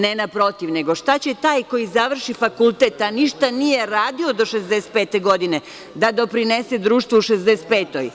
Ne, naprotiv, nego šta će taj koji završi fakultet, a ništa nije radio do 65 godine, da doprinese društvu u 65.